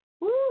Woo